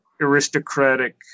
aristocratic